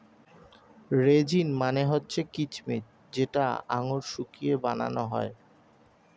raisin মানে হচ্ছে কিচমিচ যেটা আঙুর শুকিয়ে বানানো হয়